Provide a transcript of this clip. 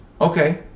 Okay